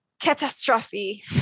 Catastrophe